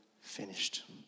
finished